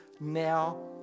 now